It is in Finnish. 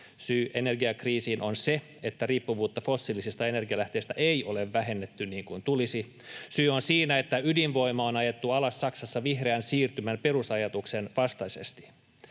Syy energiakriisiin on se, että riippuvuutta fossiilisista energianlähteistä ei ole vähennetty niin kuin tulisi. Syy on siinä, että ydinvoima on ajettu alas Saksassa vihreän siirtymän perusajatuksen vastaisesti.